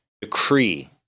decree